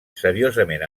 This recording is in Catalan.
seriosament